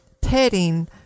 petting